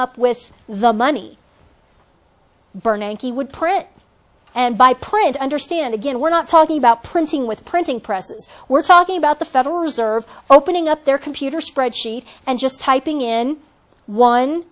up with the money bernanke he would print and by print understand again we're not talking about printing with printing presses we're talking about the federal reserve opening up their computer spreadsheet and just typing in one